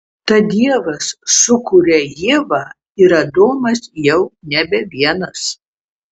tad dievas sukuria ievą ir adomas jau nebe vienas